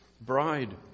bride